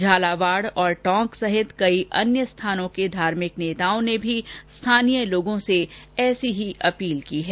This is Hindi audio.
झालावाड़ और टोंक सहित कई अन्य स्थानों के धार्मिक नेताओं ने भी स्थानीय लोगों से ऐसी ही अपील की हैं